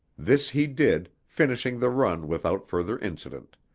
this he did, finishing the run without further incident.